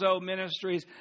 Ministries